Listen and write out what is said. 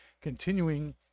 continuing